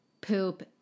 poop